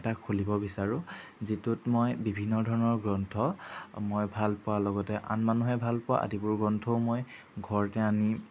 এটা খুলিব বিচাৰোঁ যিটোত মই বিভিন্ন ধৰণৰ গ্ৰন্থ মই ভাল পোৱা লগতে আন মানুহে ভাল পোৱা আদিবোৰ গ্ৰন্থও মই ঘৰতে আনি